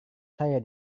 saya